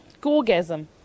Gorgasm